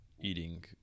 eating